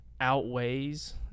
outweighs